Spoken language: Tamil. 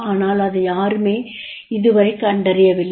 ஆனால் அதை யாரும் இதுவரை கண்டறியவில்லை